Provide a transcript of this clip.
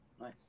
Nice